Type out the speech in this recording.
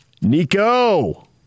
Nico